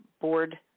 board